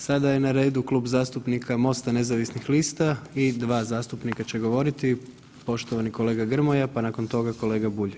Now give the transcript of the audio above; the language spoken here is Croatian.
Sada je na redu Klub zastupnika MOST-a nezavisnih lista i dva zastupnika će govoriti, poštovani kolega Grmoja, pa nakon toga kolega Bulj.